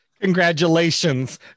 Congratulations